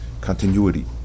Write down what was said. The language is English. continuity